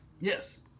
Yes